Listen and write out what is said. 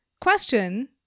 question